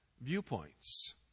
viewpoints